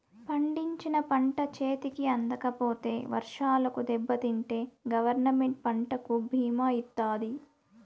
పండించిన పంట చేతికి అందకపోతే వర్షాలకు దెబ్బతింటే గవర్నమెంట్ పంటకు భీమా ఇత్తాది